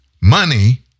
money